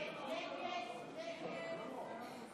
נתקבלו.